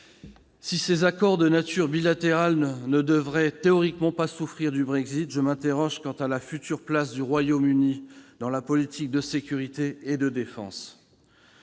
Si ces accords, de nature bilatérale, ne devraient théoriquement pas souffrir du Brexit, je m'interroge quant à la future place du Royaume-Uni dans la politique de sécurité et de défense.